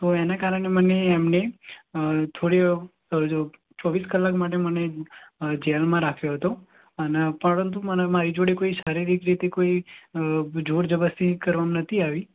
તો એના કારણે મને એમણે થોડી જો ચોવીસ કલાક માટે મને જેલમાં રાખ્યો હતો અને પણ મારી જોડે કોઈ શારીરિક રીતે કોઈ જોર જબરદસ્તી કરવામાં નહોતી આવી